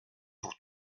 pour